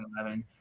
2011